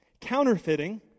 counterfeiting